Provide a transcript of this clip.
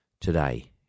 today